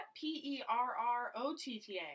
P-E-R-R-O-T-T-A